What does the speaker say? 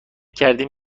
کردیم